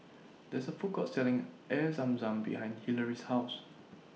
There IS A Food Court Selling Air Zam Zam behind Hilary's House